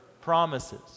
promises